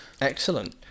Excellent